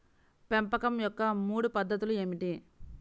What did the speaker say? పెంపకం యొక్క మూడు పద్ధతులు ఏమిటీ?